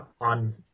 on